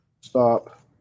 stop